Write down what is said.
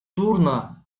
дурно